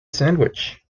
sandwich